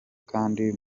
kandi